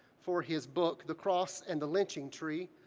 for his book, the cross and the lynching tree,